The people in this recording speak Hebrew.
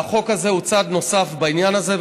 והחוק הזה הוא צעד נוסף בעניין הזה,